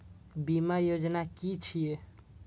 बीमा योजना कि छिऐ?